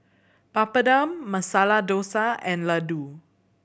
Papadum Masala Dosa and Ladoo